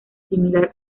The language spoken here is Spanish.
similar